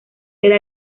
era